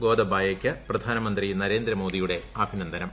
ഗോദബായക്ക് പ്രധാനമന്ത്രി നരേന്ദ്രമോദിയുടെ അഭിനന്ദനം